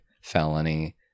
Felony